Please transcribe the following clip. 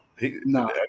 no